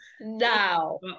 now